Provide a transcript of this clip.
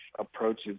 approaches